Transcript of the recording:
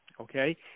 okay